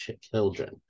children